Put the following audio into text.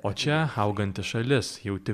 o čia auganti šalis jauti